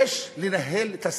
יש לנהל את הסכסוך.